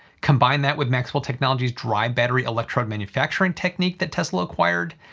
combine that with maxwell technologies dry battery electrode manufacturing technique that tesla acquired,